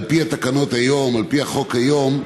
על פי התקנות היום, על פי החוק היום,